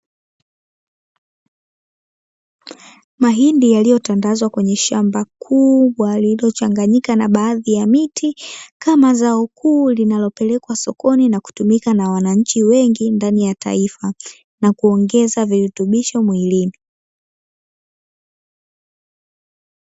Mahindi yaliyotangazwa kwenye shamba kubwa, lililochanganyika na baadhi ya miti kama za kuu linalopelekwa sokoni na kutumika na wananchi wengi ndani ya taifa na kuongeza virutubisho mwilini.